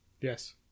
Yes